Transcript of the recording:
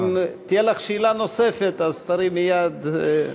ואם תהיה לך שאלה נוספת אז תרימי יד.